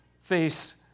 face